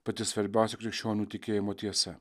pati svarbiausia krikščionių tikėjimo tiesa